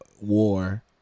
war